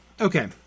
Okay